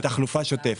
כן, מתחלופה שוטפת.